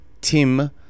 tim